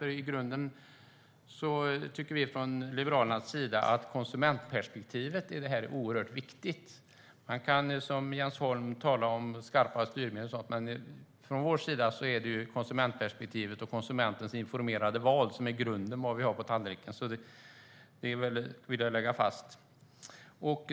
I grunden tycker vi liberaler att konsumentperspektivet är oerhört viktigt i detta. Man kan som Jens Holm tala om skarpa styrmedel och sådant, men från vår sida är det konsumentperspektivet och konsumentens informerade val som är grunden för vad vi har på tallriken. Det vill jag lägga fast.